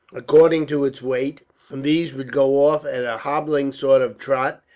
according to its weight and these would go off, at a hobbling sort of trot,